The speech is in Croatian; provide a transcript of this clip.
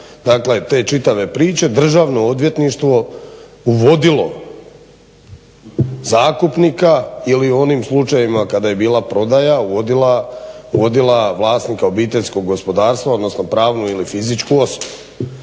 dakle te čitave priče Državno odvjetništvo uvodilo zakupnika ili u onim slučajevima kada je bila prodaja uvodila vlasnika obiteljskog gospodarstva, odnosno pravnu ili fizičku osobu.